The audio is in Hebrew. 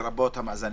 לרבות המאזנים",